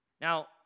Now